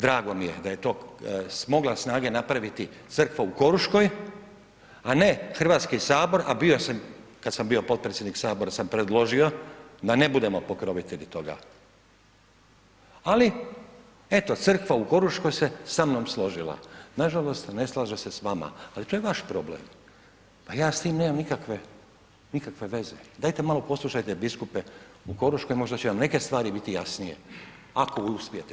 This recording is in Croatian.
Drago mi je da je to smogla snage napraviti crkva u Koruškoj, a ne Hrvatski sabor a bio sam kad sam bio podpredsjednik sabora sam predložio da ne budemo pokrovitelji toga, ali eto crkva u Koruškoj se sa mnom složila, nažalost ne slaže se s vama, ali to je vaš problem, pa ja s tim nemam nikakve veze, dajte malo poslušajte biskupe u Koruškoj možda će vam neke stvari biti jasnije, ako uspijete to shvatiti uopće.